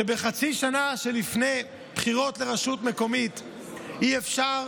שבחצי שנה שלפני בחירות לרשות מקומית אי-אפשר